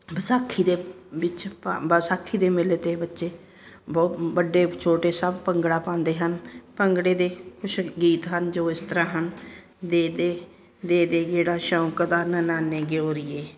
ਵਿਸਾਖੀ ਦੇ ਵਿੱਚ ਪਾ ਵਿਸਾਖੀ ਦੇ ਮੇਲੇ 'ਤੇ ਬੱਚੇ ਬਹੁ ਵੱਡੇ ਛੋਟੇ ਸਭ ਭੰਗੜਾ ਪਾਂਉਦੇ ਹਨ ਭੰਗੜੇ ਦੇ ਕੁਛ ਗੀਤ ਹਨ ਜੋ ਇਸ ਤਰ੍ਹਾਂ ਹਨ ਦੇ ਦੇ ਦੇ ਦੇ ਗੇੜਾ ਸ਼ੌਂਕ ਦਾ ਨਣਾਨੇ ਗੋਰੀਏ